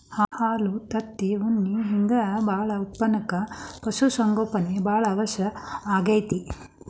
ಹಾಲು ತತ್ತಿ ಉಣ್ಣಿ ಹಿಂಗ್ ಇನ್ನೂ ಬಾಳ ಉತ್ಪನಕ್ಕ ಪಶು ಸಂಗೋಪನೆ ಬಾಳ ಅವಶ್ಯ ಆಗೇತಿ